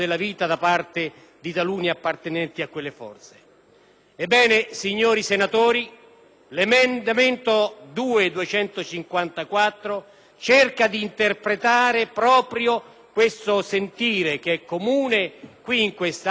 signori senatori, l'emendamento 2.254 cerca di interpretare proprio questo sentire, che è comune in quest'Aula ma è comune soprattutto nel Paese,